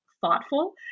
thoughtful